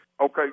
Okay